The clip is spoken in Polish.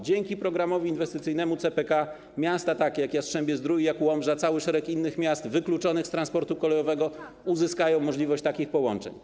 Dzięki programowi inwestycyjnemu CPK miasta takie jak Jastrzębie-Zdrój, jak Łomża, jak cały szereg innych miast wykluczonych z transportu kolejowego uzyskają możliwość uzyskania takich połączeń.